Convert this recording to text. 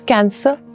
Cancer